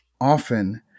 Often